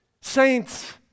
Saints